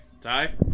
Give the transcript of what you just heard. Ty